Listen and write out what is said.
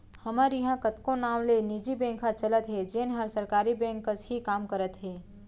हमर इहॉं कतको नांव ले निजी बेंक ह चलत हे जेन हर सरकारी बेंक कस ही काम करत हे